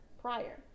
prior